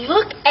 Look